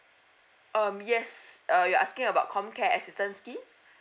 um yes uh you're asking about com care assistance scheme